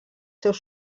seus